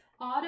Auto